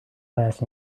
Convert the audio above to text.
last